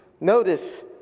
Notice